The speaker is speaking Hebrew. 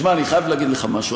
שמע, אני חייב להגיד לך משהו.